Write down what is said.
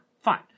fine